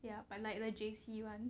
ya but like the J_C [one]